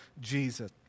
Jesus